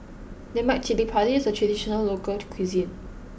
Lemak Cili Padi is a traditional local cuisine